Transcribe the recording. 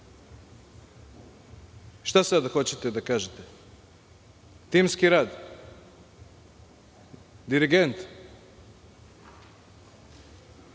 sad hoćete da kažete? Timski rad, dirigent.